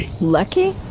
Lucky